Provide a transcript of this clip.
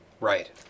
Right